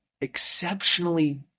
exceptionally